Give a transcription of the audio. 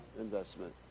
investment